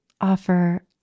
offer